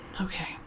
Okay